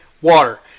water